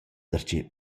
darcheu